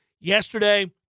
yesterday